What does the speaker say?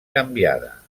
canviada